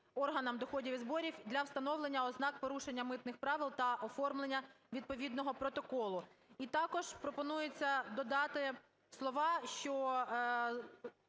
Дякую,